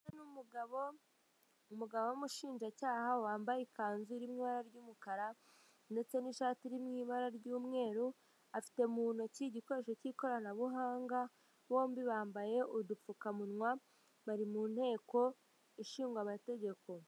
Umugore n'umugabo, Umugabo w'umushinjacyaha wambaye ikanzu iri mu ibara ry'umukara ndetse n'ishati irimo ibara ry'umweru afite mu ntoki igikoresho cy'ikoranabuhanga bombi bambaye udupfukamunwa bari mu nteko ishingamategeko.